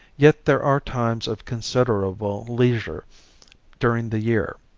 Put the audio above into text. yet there are times of considerable leisure during the year.